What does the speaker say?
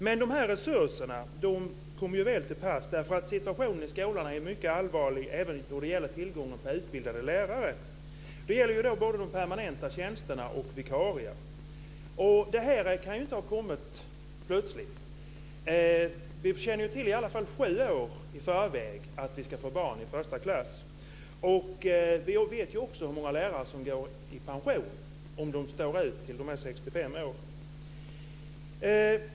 Men de här resurserna kommer väl till pass, för situationen i skolan är mycket allvarlig även när det gäller tillgången till utbildade lärare. Det gäller både de permanenta tjänsterna och vikarierna. Det här kan inte komma plötsligt. Vi känner ju till i alla fall sju år i förväg att vi ska få barn i första klass. Vi vet också hur många lärare som går i pension om de står ut tills de blir 65 år.